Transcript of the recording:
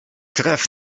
krew